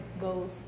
goes